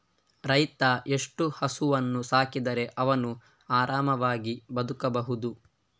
ರೈತ ಎಷ್ಟು ಹಸುವನ್ನು ಸಾಕಿದರೆ ಅವನು ಆರಾಮವಾಗಿ ಬದುಕಬಹುದು?